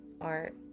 art